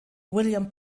william